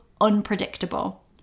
unpredictable